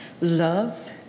love